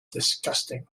disgusting